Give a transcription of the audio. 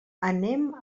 anem